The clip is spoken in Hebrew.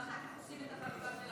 ואחר כך עושים את החלוקה.